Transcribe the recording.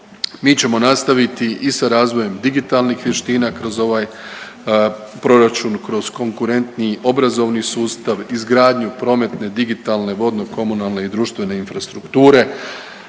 Mi ćemo nastaviti i sa razvojem digitalnih vještina kroz ovaj proračun, kroz konkurentniji obrazovni sustav, izgradnju prometne, digitalne, vodnokomunalne i društvene infrastrukture,